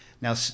Now